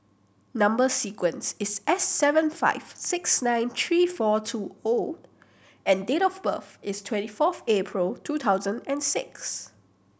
number sequence is S seven five six nine three four two O and date of birth is twenty fourth April two thousand and six